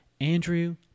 Andrew